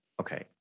Okay